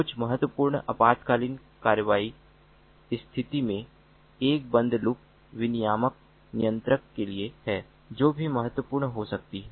कुछ महत्वपूर्ण आपातकालीन कार्रवाई स्थिति में 1 बंद लूप विनियामक नियंत्रण के लिए है जो भी महत्वपूर्ण हो सकती है